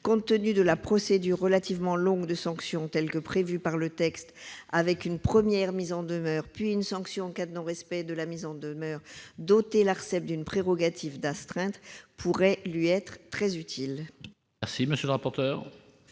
Compte tenu de la procédure relativement longue de sanction prévue par le texte, avec une première mise en demeure, puis une sanction en cas de non-respect de la mise en demeure, doter l'Arcep d'une prérogative d'astreinte pourrait lui être très utile. Quel est l'avis de